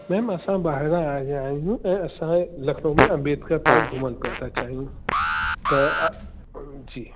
ma'am असां ॿाहिरां आया आहियूं ऐं असां लखनऊ में अम्बेडकर पार्क घुमण पिया था चाहियूं त जी